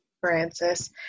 francis